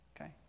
okay